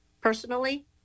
personally